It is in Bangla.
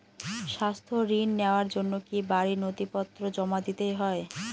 স্বাস্থ্য ঋণ নেওয়ার জন্য কি বাড়ীর নথিপত্র জমা দিতেই হয়?